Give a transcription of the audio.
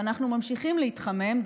ואנחנו ממשיכים להתחמם,